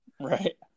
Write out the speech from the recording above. right